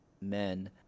men